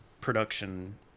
production